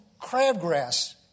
crabgrass